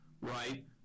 right